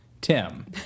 Tim